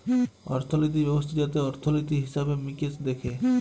অর্থলিতি ব্যবস্থা যাতে অর্থলিতি, হিসেবে মিকেশ দ্যাখে